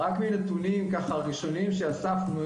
רק מנתונים ככה ראשונים שאספנו,